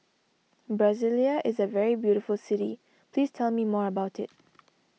Brasilia is a very beautiful city please tell me more about it